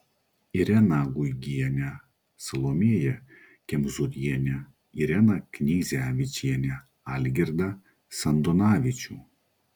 ireną guigienę salomėją kemzūrienę ireną kneizevičienę algirdą sandonavičių